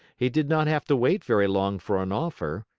he did not have to wait very long for an offer.